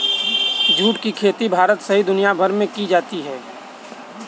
जुट की खेती भारत सहित दुनियाभर में की जाती है